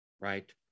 right